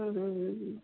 हुं हुं हुं हुं